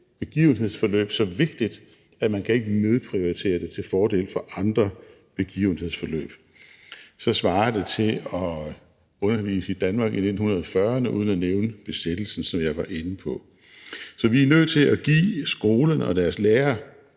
begivenhedsforløb så vigtigt, at man ikke kan nedprioritere det til fordel for andre begivenhedsforløb. Så svarer det til at undervise i Danmark i 1940'erne uden at nævne besættelsen, som jeg var inde på. Så vi er nødt til at give skolerne og deres lærere